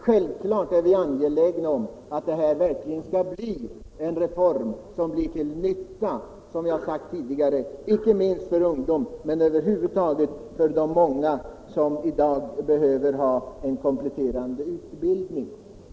Självfallet är vi, som vi har sagt tidigare, angelägna om att reformen skall bli till nytta, icke minst för ungdomarna och över huvud taget för alla som i dag behöver en kompletterande utbildning.